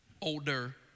Older